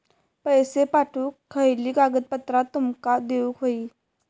पैशे पाठवुक खयली कागदपत्रा तुमका देऊक व्हयी?